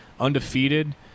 undefeated